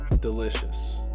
delicious